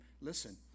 listen